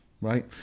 Right